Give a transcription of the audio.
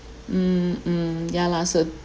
mm mm yeah last word